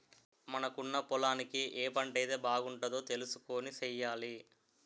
మనకున్న పొలానికి ఏ పంటైతే బాగుంటదో తెలుసుకొని సెయ్యాలి